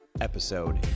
episode